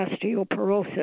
osteoporosis